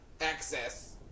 access